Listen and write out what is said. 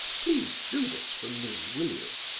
please do this for me, will you?